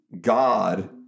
God